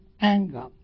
anger